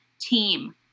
team